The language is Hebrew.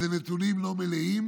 אלה נתונים לא מלאים,